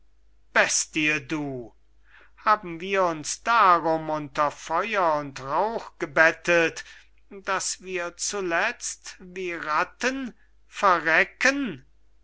bestie du haben wir uns darum unter feuer und rauch gebettet daß wir zuletzt wie